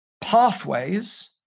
pathways